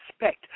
respect